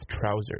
trousers